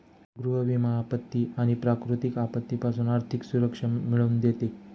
गृह विमा आपत्ती आणि प्राकृतिक आपत्तीपासून आर्थिक सुरक्षा मिळवून देते